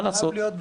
מה לעשות?